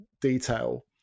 detail